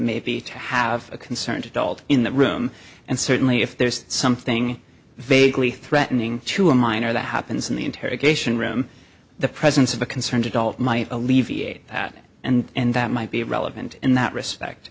to have a concern to adult in the room and certainly if there is something vaguely threatening to a minor that happens in the interrogation room the presence of a concerned adult might alleviate that and that might be relevant in that respect